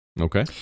okay